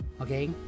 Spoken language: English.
Okay